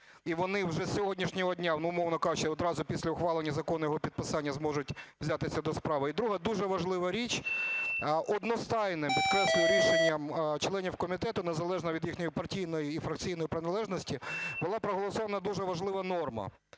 і вони вже з сьогоднішнього дня, умовно кажучи, одразу після ухвалення закону і його підписання, зможуть взятися до справи. І друга дуже важлива річ, одностайним, підкреслюю, рішенням членів комітету, незалежно від їхньої партійної і фракційної приналежності, була проголосована дуже важлива норма: